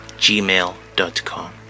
gmail.com